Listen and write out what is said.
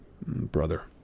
brother